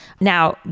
Now